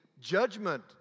judgment